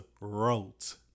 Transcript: wrote